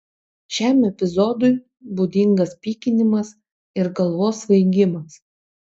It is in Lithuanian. šiam epizodui būdingas pykinimas ir galvos svaigimas